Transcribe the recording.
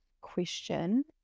question